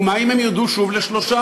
ומה אם הם ירדו שוב לשלושה?